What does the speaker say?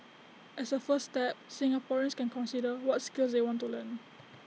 as A first step Singaporeans can consider what skills they want to learn